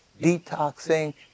detoxing